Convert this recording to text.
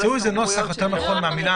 תמצאו נוסח יותר נכון מהמילה להיכנס.